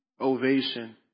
ovation